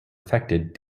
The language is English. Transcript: affected